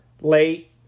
late